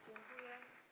Dziękuję.